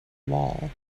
wall